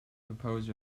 propose